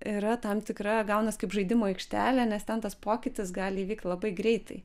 yra tam tikra gaunas kaip žaidimų aikštelė nes ten tas pokytis gali įvykt labai greitai